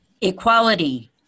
equality